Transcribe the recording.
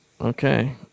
Okay